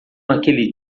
naquele